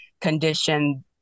condition